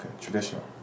traditional